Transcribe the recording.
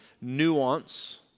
nuance